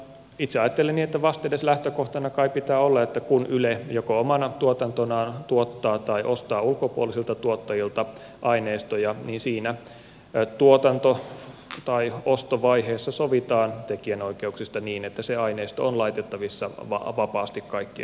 itse ajattelen niin että vastedes lähtökohtana kai pitää olla että kun yle joko omana tuotantonaan tuottaa tai ostaa ulkopuolisilta tuottajilta aineistoja niin siinä tuotanto tai ostovaiheessa sovitaan tekijänoikeuksista niin että se aineisto on laitettavissa vapaasti kaikkien saataville